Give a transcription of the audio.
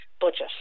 budget